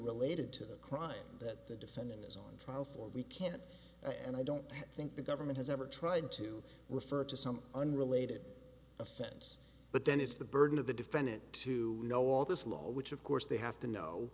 related to the crime that the defendant is on trial for we can't and i don't think the government has ever tried to refer to some unrelated offense but then it's the burden of the defendant to know all this law which of course they have to know